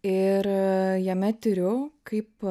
ir jame tiriu kaip